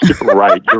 Right